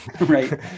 right